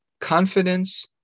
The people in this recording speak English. Confidence